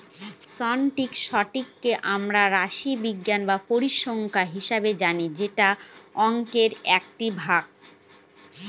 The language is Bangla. স্ট্যাটিসটিককে আমরা রাশিবিজ্ঞান বা পরিসংখ্যান হিসাবে জানি যেটা অংকের একটি ভাগ